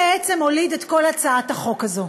ובעצם הוליד את כל הצעת החוק הזאת.